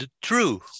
true